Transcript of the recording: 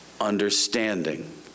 understanding